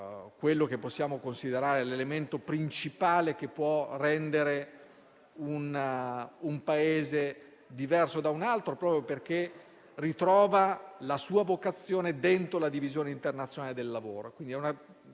quello che possiamo considerare l'elemento principale che può rendere un Paese diverso da un altro, proprio perché ritrova la sua vocazione dentro la divisione internazionale del lavoro.